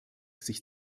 sich